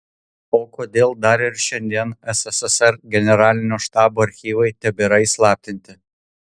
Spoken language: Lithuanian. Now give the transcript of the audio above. o kodėl dar ir šiandien sssr generalinio štabo archyvai tebėra įslaptinti